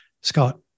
Scott